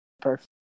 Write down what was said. perfect